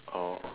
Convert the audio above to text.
oh